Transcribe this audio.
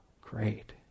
Great